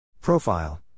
Profile